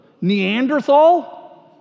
Neanderthal